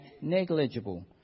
negligible